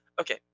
Okay